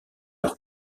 leur